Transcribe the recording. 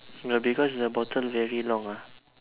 no because the bottle very long ah